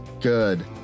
Good